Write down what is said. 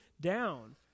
down